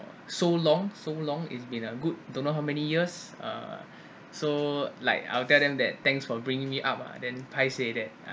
so long so long it's been a good don't know how many years uh so like I'll tell them that thanks for bringing me up ah then paiseh that